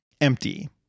empty